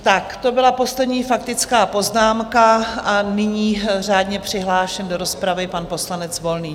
Tak to byla poslední faktická poznámka a nyní řádně přihlášený do rozpravy pan poslanec Volný.